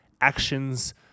actions